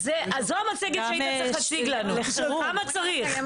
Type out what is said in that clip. אז זו המצגת שהיית צריך להציג לנו, כמה צריך.